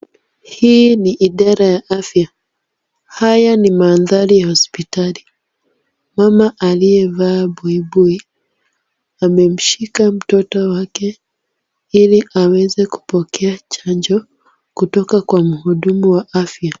Hii ni idara ya afya. Haya ni mandhari ya hospitali. Mama aliyevaa buibui amemshika mtoto wake ili aweze kupokea chanjo kutoka kwa mhudumu wa afya.